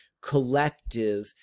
collective